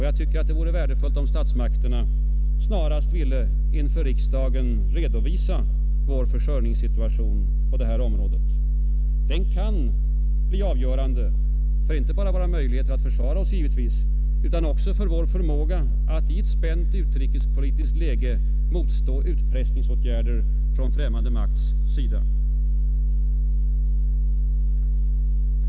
Jag tycker att det vore värdefullt, om statsmakterna snarast ville inför riksdagen redovisa vår försörjningssituation på det här området. Den kan bli avgörande, givetvis inte bara för våra möjligheter att försvara oss, utan också för vår förmåga att i ett spänt utrikespolitiskt läge motstå utpressningsåtgärder från främmande makts sida.